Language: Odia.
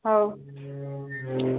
ହଉ